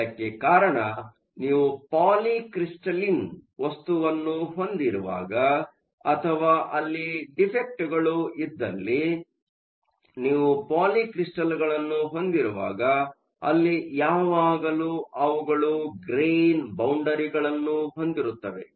ಇದಕ್ಕೆ ಕಾರಣ ನೀವು ಪಾಲಿಕ್ರಿಸ್ಟಲಿನ್ ವಸ್ತುವನ್ನು ಹೊಂದಿರುವಾಗ ಅಥವಾ ಅಲ್ಲಿ ಡಿಫೆ಼ಕ್ಟ್ಗಳು ಇದ್ದಲ್ಲಿ ನೀವು ಪಾಲಿಕ್ರಿಸ್ಟಲ್ಗಳನ್ನು ಹೊಂದಿರುವಾಗ ಅಲ್ಲಿ ಯಾವಾಗಲೂ ಅವುಗಳು ಗ್ರೇನ್ ಬೌಂಡರಿಗಳನ್ನು ಹೊಂದಿರುತ್ತವೆ